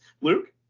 Luke